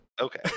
Okay